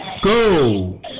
Go